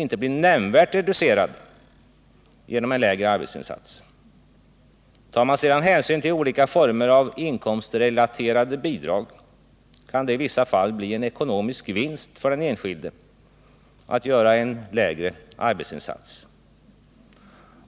inte blir nämnvärt reducerad genom en lägre arbetsinsats. Tar man sedan hänsyn till olika former av inkomstrelaterade bidrag, kan det i vissa fall bli en ekonomisk vinst för den enskilde att göra en lägre arbetsinsats.